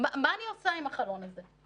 מה אני עושה עם החלון הזה?